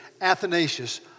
Athanasius